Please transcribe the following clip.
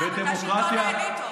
אתה שלטון האליטות, בוודאי.